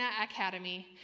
Academy